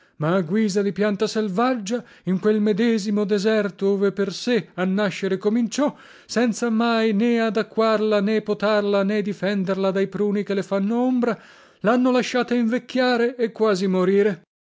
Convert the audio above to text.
ma a guisa di pianta selvaggia in quel medesimo deserto ove per sé a nascere cominciò senza mai né adacquarla né potarla né difenderla dai pruni che le fanno ombra lhanno lasciata invecchiare e quasi morire